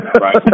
Right